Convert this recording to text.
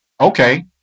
okay